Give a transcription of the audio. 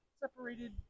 separated